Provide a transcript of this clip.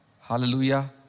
Hallelujah